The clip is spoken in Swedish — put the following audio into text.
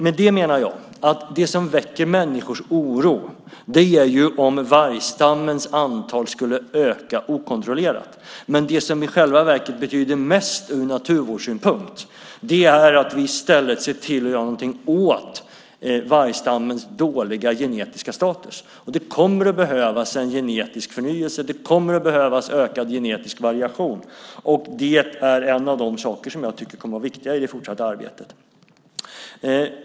Med det menar jag att det som väcker människors oro är om vargstammens antal skulle öka okontrollerat. Men det som i själva verket betyder mest ur naturvårdssynpunkt är att vi ser till att göra någonting åt vargstammens dåliga genetiska status. Det kommer att behövas en genetisk förnyelse. Det kommer att behövas ökad genetisk variation. Det är en av de saker som jag tycker kommer att vara viktiga i det fortsatta arbetet.